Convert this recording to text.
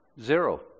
Zero